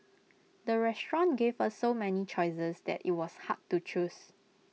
the restaurant gave A so many choices that IT was hard to choose